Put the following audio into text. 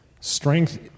strength